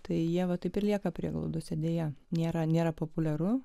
tai ieva taip ir lieka prieglaudose deja nėra nėra populiaru